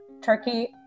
turkey